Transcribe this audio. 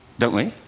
don't we?